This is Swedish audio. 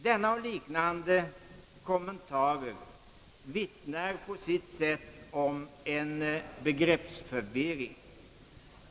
Denna och liknande kommentarer vittnar på sitt sätt om en begreppsförvirring.